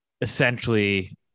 essentially